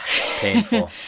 Painful